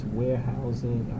warehousing